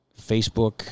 Facebook